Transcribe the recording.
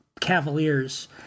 Cavaliers